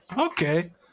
Okay